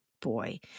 Boy